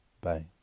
Bye